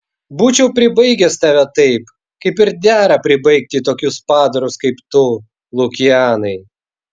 būčiau pribaigęs tave taip kaip ir dera pribaigti tokius padarus kaip tu lukianai